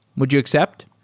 would you accept?